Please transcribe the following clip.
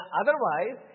otherwise